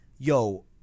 Yo